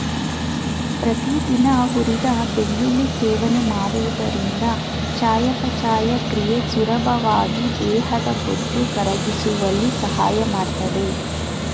ಪ್ರತಿದಿನ ಹುರಿದ ಬೆಳ್ಳುಳ್ಳಿ ಸೇವನೆ ಮಾಡುವುದರಿಂದ ಚಯಾಪಚಯ ಕ್ರಿಯೆ ಸುಲಭವಾಗಿ ದೇಹದ ಬೊಜ್ಜು ಕರಗಿಸುವಲ್ಲಿ ಸಹಾಯ ಮಾಡ್ತದೆ